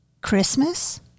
Christmas